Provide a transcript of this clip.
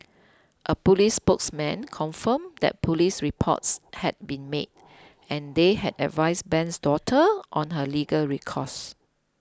a police spokesman confirmed that police reports had been made and they had advised Ben's daughter on her legal recourse